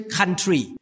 country